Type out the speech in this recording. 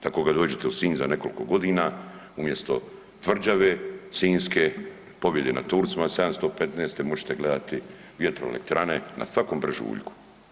Tako kad dođete u Sinj za nekoliko godina, umjesto tvrđave sinjske, pobjede na Turcima 715., možete gledati vjetroelektrane na svakom brežuljku.